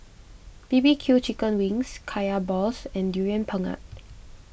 B B Q Chicken Wings Kaya Balls and Durian Pengat